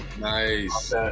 Nice